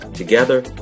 Together